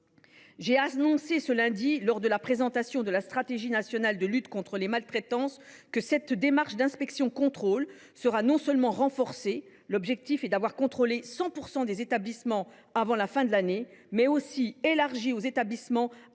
J’ai annoncé lundi dernier, lors de la présentation de la stratégie nationale de lutte contre les maltraitances, que cette démarche d’inspection contrôle serait non seulement renforcée – l’objectif est d’avoir contrôlé 100 % des établissements avant la fin de l’année –, mais encore élargie aux établissements